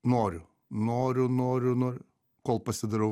noriu noriu noriu noriu kol pasidarau